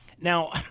Now